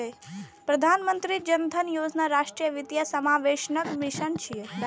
प्रधानमंत्री जन धन योजना राष्ट्रीय वित्तीय समावेशनक मिशन छियै